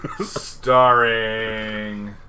Starring